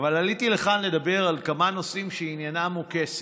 אבל עליתי לכאן לדבר על כמה נושאים שעניינם הוא כסף.